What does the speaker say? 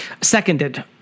Seconded